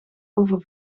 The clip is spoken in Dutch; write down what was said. over